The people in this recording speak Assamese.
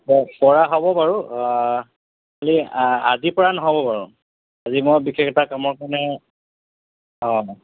অ' পৰা হ'ব বাৰু খালী আ আজি পৰা নহ'ব বাৰু আজি মই বিশেষ এটা কামৰ কাৰণে অঁ